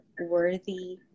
worthy